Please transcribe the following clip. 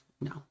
No